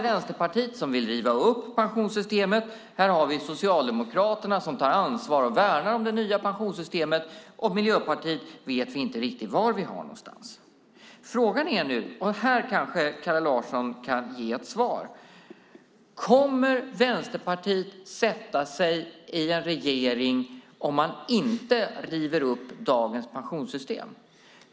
Vänsterpartiet vill riva upp pensionssystemet, Socialdemokraterna tar ansvar och värnar om det nya pensionssystemet, och Miljöpartiet vet vi inte riktigt var vi har någonstans. Frågan är nu - och här kanske Kalle Larsson kan ge ett svar: Kommer Vänsterpartiet att sätta sig i en regering om man inte river upp dagens pensionssystem?